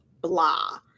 blah